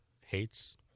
hates